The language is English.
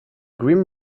grim